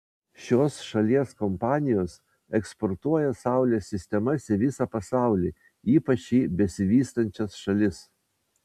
šios šalies kompanijos eksportuoja saulės sistemas į visą pasaulį ypač į besivystančias šalis